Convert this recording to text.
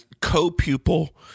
co-pupil